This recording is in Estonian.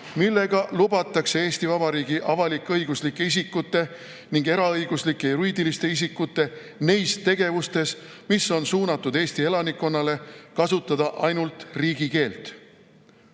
millega lubatakse Eesti Vabariigi avalik-õiguslike isikute ning eraõiguslike juriidiliste isikute neis tegevustes, mis on suunatud Eesti elanikkonnale, kasutada ainult riigikeelt.